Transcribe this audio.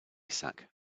sack